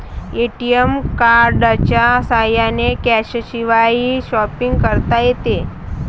ATM कार्डच्या साह्याने कॅशशिवायही शॉपिंग करता येते